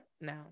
no